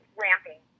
ramping